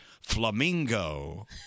Flamingo